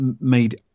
made